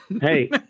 Hey